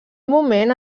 moment